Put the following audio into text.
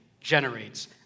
generates